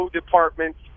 department